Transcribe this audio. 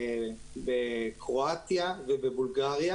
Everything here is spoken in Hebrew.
בקרואטיה ובבולגריה